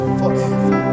forever